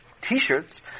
T-shirts